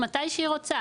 מתי שהיא רוצה?